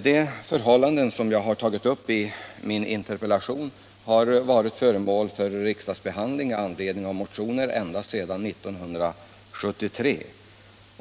De förhållanden som jag har tagit upp i min interpellation har varit föremål för riksdagsbehandling i anledning av motioner ända sedan 1973.